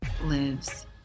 lives